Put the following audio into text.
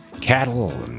cattle